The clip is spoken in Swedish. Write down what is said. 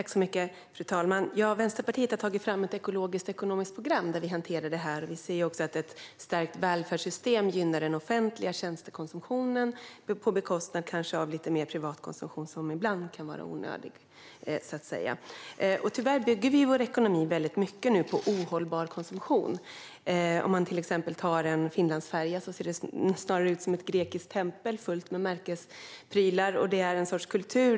Fru talman! Vänsterpartiet har tagit fram ett ekologiskt och ekonomiskt program där vi hanterar det här. Vi anser att ett starkt välfärdssystem gynnar den offentliga tjänstekonsumtionen, kanske på bekostnad av lite mer privat konsumtion som ibland kan vara onödig. Tyvärr bygger vi vår ekonomi väldigt mycket nu på ohållbar konsumtion. Till exempel ser en Finlandsfärja snarare ut som ett grekiskt tempel fullt med märkesprylar.